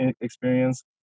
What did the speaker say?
experience